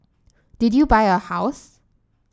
did you buy a house